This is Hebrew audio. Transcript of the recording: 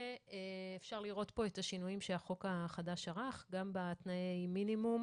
ואפשר לראות פה את השינויים שהחוק החדש ערך גם בתנאי המינימום